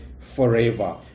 forever